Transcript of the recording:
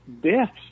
deaths